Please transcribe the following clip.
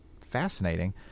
fascinating